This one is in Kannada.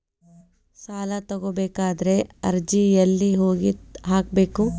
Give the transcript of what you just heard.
ಸಾಲ ತಗೋಬೇಕಾದ್ರೆ ಅರ್ಜಿ ಎಲ್ಲಿ ಹೋಗಿ ಹಾಕಬೇಕು?